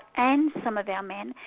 and some of our men,